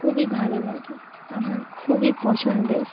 খুবই ভালো লাগে আমার খুবই পছন্দের